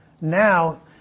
Now